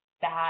bad